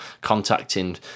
contacting